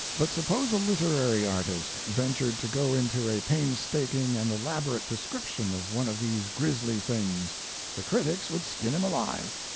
but suppose a literary artist ventured to go into a painstaking and elaborate description of one of these grisly things the critics would skin him alive.